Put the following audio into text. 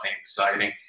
exciting